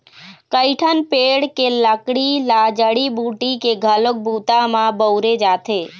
कइठन पेड़ के लकड़ी ल जड़ी बूटी के घलोक बूता म बउरे जाथे